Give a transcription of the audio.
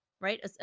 right